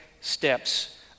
steps